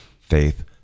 faith